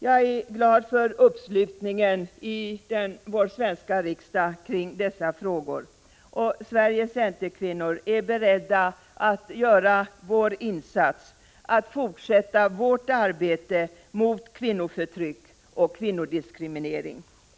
Jag är glad för uppslutningen i vår svenska riksdag kring dessa frågor. Sveriges centerkvinnor är beredda att göra vår insats, att fortsätta vårt arbete mot kvinnoförtryck och kvinnodiskriminering.